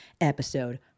episode